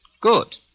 Good